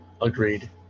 Agreed